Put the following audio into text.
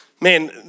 Man